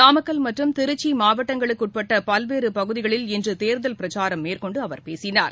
நாமக்கல் மற்றும் திருச்சி மாவட்டங்களுக்குட்பட்ட பல்வேறு பகுதிகளில் இன்று தேர்தல் பிரச்சாரம் மேற்கொன்டு அவர் பேசினார்